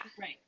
right